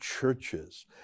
churches